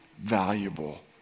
valuable